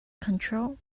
control